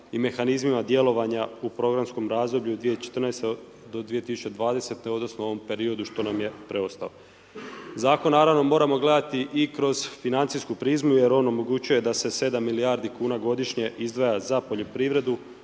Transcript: i mehanizmima djelovanja u programskom razdoblju 2014.-2020. odnosno u ovom periodu što nam je preostao. Zakon naravno moramo gledati i kroz financijsku prizmu, jer on omogućuje da se 7 milijardi kn godišnje izdvaja za poljoprivredu,